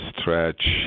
stretch